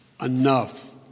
enough